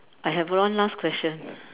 I have one last question